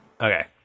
Okay